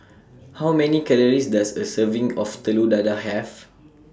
How Many Calories Does A Serving of Telur Dadah Have